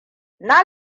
na